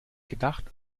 gedacht